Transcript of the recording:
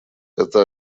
это